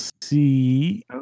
see